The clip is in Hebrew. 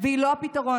והיא לא הפתרון.